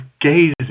gazing